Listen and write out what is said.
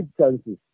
chances